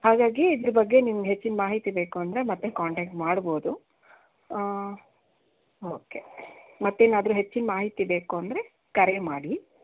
ಹಾಗಾಗಿ ಇದರ ಬಗ್ಗೆ ನಿಮಗೆ ಹೆಚ್ಚಿನ ಮಾಹಿತಿ ಬೇಕು ಅಂದರೆ ಮತ್ತೆ ಕಾಂಟ್ಯಾಕ್ಟ್ ಮಾಡ್ಬೋದು ಓಕೆ ಮತ್ತೇನಾದರೂ ಹೆಚ್ಚಿನ ಮಾಹಿತಿ ಬೇಕು ಅಂದರೆ ಕರೆ ಮಾಡಿ